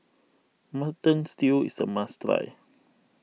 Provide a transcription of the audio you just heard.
Mutton Stew is a must try